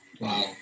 Wow